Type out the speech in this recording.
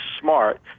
smart